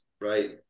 right